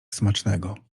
smacznego